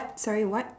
sorry what